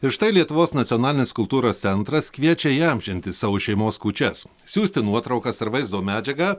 ir štai lietuvos nacionalinis kultūros centras kviečia įamžinti savo šeimos kūčias siųsti nuotraukas ar vaizdo medžiagą